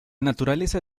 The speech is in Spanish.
naturaleza